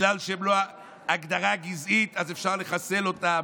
בגלל שהם לא הגדרה גזעית אז אפשר לחסל אותם,